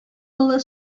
олы